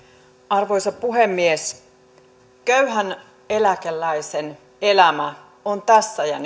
arvoisa puhemies köyhän eläkeläisen elämä on tässä ja